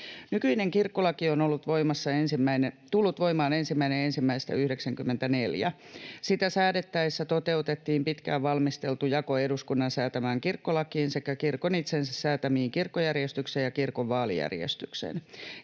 Nykyinen kirkkolaki on tullut voimaan 1.1.94. Sitä säädettäessä toteutettiin pitkään valmisteltu jako eduskunnan säätämään kirkkolakiin sekä kirkon itsensä säätämiin kirkkojärjestykseen ja kirkon vaalijärjestykseen.